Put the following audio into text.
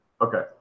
Okay